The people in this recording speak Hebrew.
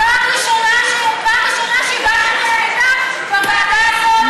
פעם ראשונה שאיבדתם את השליטה בוועדה הזאת.